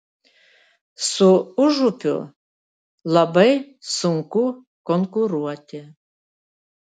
su užupiu labai sunku konkuruoti